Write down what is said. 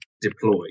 deploy